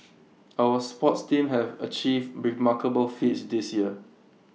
our sports teams have achieved remarkable feats this year